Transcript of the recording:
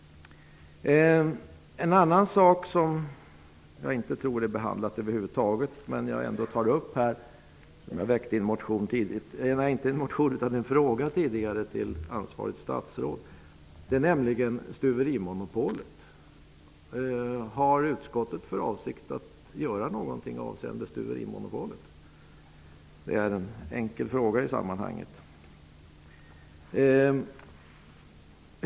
En annan sak som inte har behandlats är stuverimonopolet. Jag ställde tidigare en fråga om det till ansvarigt statsråd. Har utskottet för avsikt att göra någonting avseende stuverimonopolet? Det är en enkel fråga i sammanhanget.